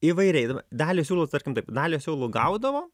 įvairiai dalį siūlų tarkim taip dalį siūlų gaudavo